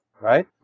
right